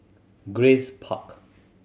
Grace Park